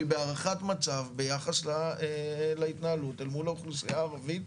בהערכת מצב ביחס להתנהלות אל מול האוכלוסייה הערבית.